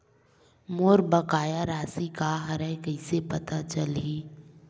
मोर बकाया राशि का हरय कइसे पता चलहि?